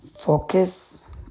Focus